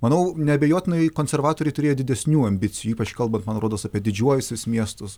manau neabejotinai konservatoriai turėjo didesnių ambicijų ypač kalbant man rodos apie didžiuosius miestus